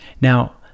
Now